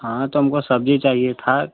हाँ तो हमको सब्ज़ी चाहिए थी